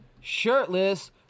shirtless